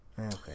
Okay